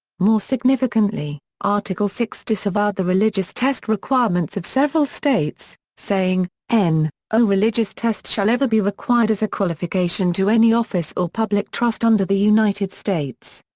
more significantly, article six disavowed the religious test requirements of several states, saying n o religious test shall ever be required as a qualification to any office or public trust under the united states.